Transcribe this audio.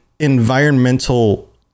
environmental